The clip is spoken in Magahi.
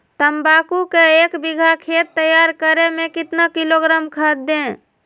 तम्बाकू के एक बीघा खेत तैयार करें मे कितना किलोग्राम खाद दे?